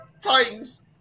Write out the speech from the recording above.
Titans